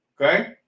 Okay